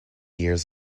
years